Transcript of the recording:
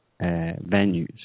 venues